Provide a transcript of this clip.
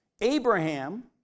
Abraham